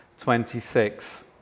26